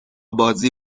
بازی